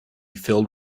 filled